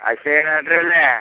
Ashwini doctor അല്ലേ